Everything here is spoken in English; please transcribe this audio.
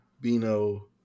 Bino